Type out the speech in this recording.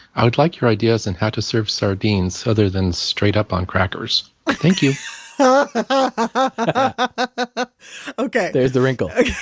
i would like your ideas on and how to serve sardines other than straight up on crackers. thank you ah okay there's the wrinkle okay.